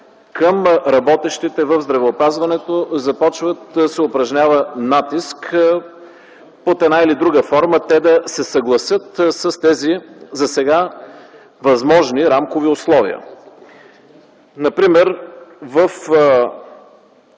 към работещите в здравеопазването започва да се упражнява натиск под една или друга форма те да се съгласят с тези засега възможни рамкови условия. Например, в